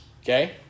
Okay